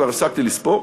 כבר הפסקתי לספור,